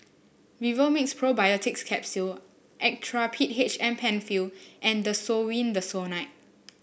Vivomixx Probiotics Capsule Actrapid H M Penfill and Desowen Desonide